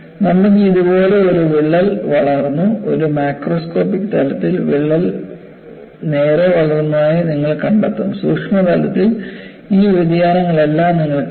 നമുക്ക് ഇതുപോലെ ഒരു വിള്ളൽ വളർന്നു ഒരു മാക്രോസ്കോപ്പിക് തലത്തിൽ വിള്ളൽ നേരെ വളർന്നതായി നിങ്ങൾ കണ്ടെത്തും സൂക്ഷ്മതലത്തിൽ ഈ വ്യതിയാനങ്ങളെല്ലാം നിങ്ങൾ കാണും